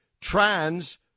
trans